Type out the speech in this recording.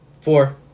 Four